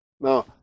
Now